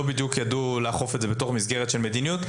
בדיוק ידעו לאכוף אותן בתוך מסגרת של מדיניות.